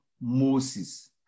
Moses